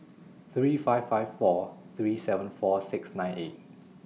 three five five four three seven four six nine eight